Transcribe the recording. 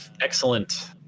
excellent